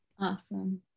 awesome